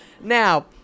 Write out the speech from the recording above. Now